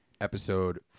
episode